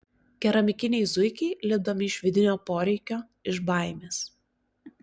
keramikiniai zuikiai lipdomi iš vidinio poreikio iš baimės